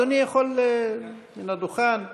אדוני יכול מן הדוכן,